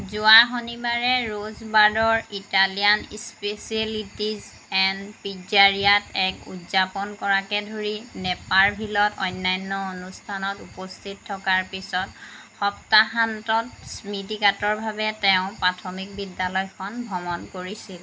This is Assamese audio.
যোৱা শনিবাৰে ৰ'জবাডৰ ইটালীয়ান স্পেচিয়েলিটিজ এণ্ড পিজ্জাৰিয়াত এক উদযাপন কৰাকৈ ধৰি নেপাৰভিলত অন্যান্য অনুষ্ঠানত উপস্থিত থকাৰ পিছত সপ্তাহান্তত স্মৃতিকাতৰভাৱে তেওঁৰ প্ৰাথমিক বিদ্যালয়খন ভ্ৰমণ কৰিছিল